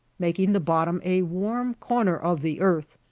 making the bottom a warm corner of the earth,